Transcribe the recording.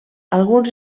alguns